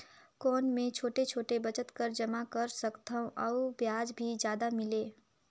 कौन मै छोटे छोटे बचत कर जमा कर सकथव अउ ब्याज भी जादा मिले?